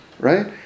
Right